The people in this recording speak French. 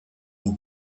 aux